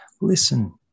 listen